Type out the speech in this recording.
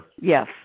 Yes